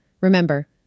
Remember